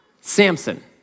Samson